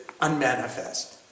unmanifest